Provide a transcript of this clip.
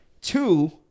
Two